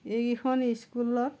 এই কেইখন স্কুলত